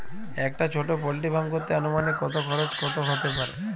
একটা ছোটো poultry farm করতে আনুমানিক কত খরচ কত হতে পারে?